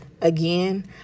Again